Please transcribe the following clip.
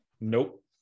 Nope